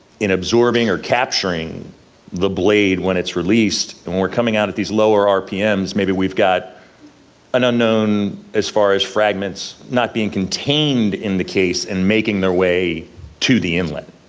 in absorbing of capturing the blade when it's released, and we're coming out at these lower rpms, maybe we've got an unknown, as far as fragments not being contained in the case and making their way to the inlet.